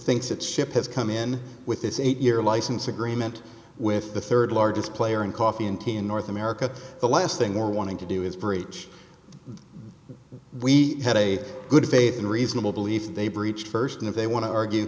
thinks it's ship has come in with his eight year license agreement with the third largest player in coffee and tea in north america the last thing more wanting to do is breach we had a good faith and reasonable belief that they breached first and if they want to argue